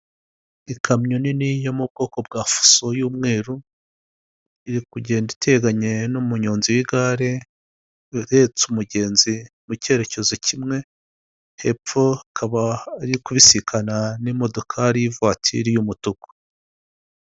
Ikamyo nini yo mu bwoko bwa fuso y'umweru, iri kugenda iteganye n'umuyonzi w'igare uhetse umugenzi mu cyerekezo kimwe, hepfo akaba ari kubisikana n'imodokari y'ivuwatiri y'umutuku.